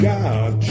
God